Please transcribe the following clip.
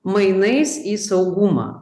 mainais į saugumą